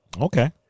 Okay